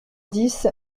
dix